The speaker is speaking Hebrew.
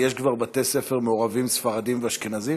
יש כבר בתי-ספר מעורבים לספרדים ואשכנזים?